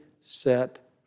set